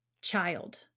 child